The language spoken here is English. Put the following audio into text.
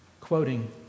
quoting